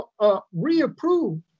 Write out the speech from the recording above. reapproved